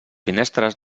finestres